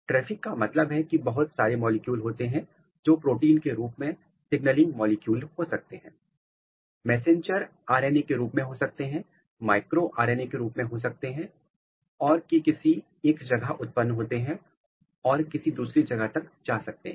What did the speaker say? traffic का मतलब है कि बहुत सारे मॉलिक्यूल होते हैं जोकि प्रोटीन के रूप में सिगनलिंग मॉलिक्यूल हो सकते हैं मैसेंजर आर एन ए के रूप में हो सकते हैं माइक्रो आर एन ए रूप में हो सकते हैं और की किसी एक जगह उत्पन्न होते हैं और किसी दूसरी जगह तक जा सकते हैं